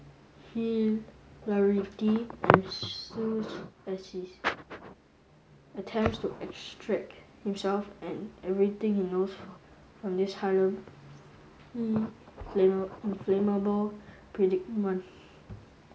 hilarity ensues as he attempts to extract himself and everything he knows from this highly inflammable predicament